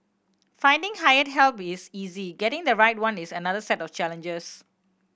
finding hired help is easy getting the right one is another set of challenges